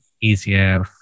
easier